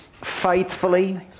faithfully